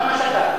למה הוא שתק קודם?